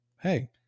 hey